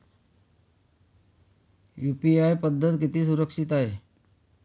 UPI पद्धत किती सुरक्षित आहे?